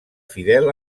fidel